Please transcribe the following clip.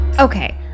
Okay